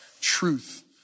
truth